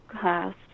class